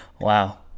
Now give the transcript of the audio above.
wow